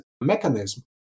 mechanism